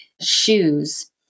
shoes